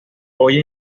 hoy